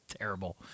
Terrible